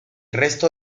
resto